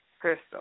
crystal